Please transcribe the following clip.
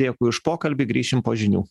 dėkui už pokalbį grįšim po žinių